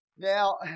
Now